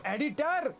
Editor